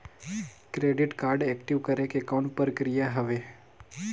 Credit card active करे के कौन प्रक्रिया हवे?